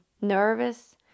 nervous